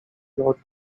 lot